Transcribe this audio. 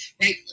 right